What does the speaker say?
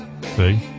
See